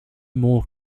more